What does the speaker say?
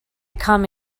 come